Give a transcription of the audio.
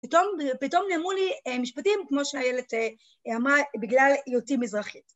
פתאום נעלמו לי משפטים, כמו שאיילת אמרה, בגלל היותי מזרחית.